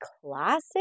classic